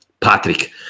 Patrick